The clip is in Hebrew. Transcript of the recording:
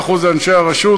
כן,